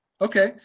Okay